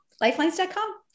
Lifelines.com